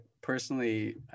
personally